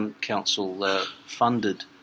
Council-funded